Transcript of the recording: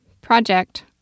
Project